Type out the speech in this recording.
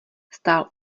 stál